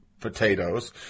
Potatoes